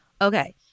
Okay